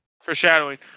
Foreshadowing